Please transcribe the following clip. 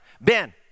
Ben